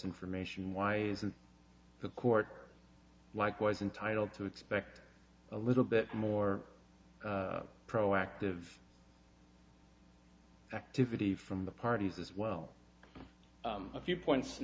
information why isn't the court likewise entitled to expect a little bit more proactive activity from the parties as well a few points in